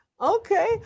okay